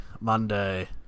Monday